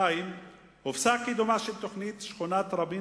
2. הופסק קידומה של תוכנית שכונת רבין